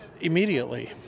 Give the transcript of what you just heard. Immediately